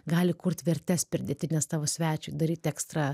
gali kurt vertes pridėtines tavo svečiui daryti ekstra